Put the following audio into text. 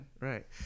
Right